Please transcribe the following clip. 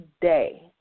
day